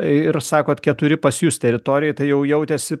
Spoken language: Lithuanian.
ir sakot keturi pas jus teritorijoj tai jau jautėsi